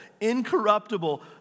incorruptible